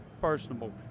personable